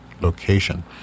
location